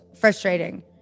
frustrating